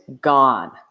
gone